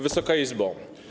Wysoka Izbo!